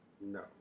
No